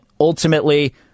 ultimately